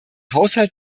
haushalt